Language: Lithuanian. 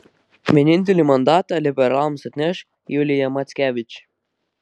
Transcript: vienintelį mandatą liberalams atneš julija mackevič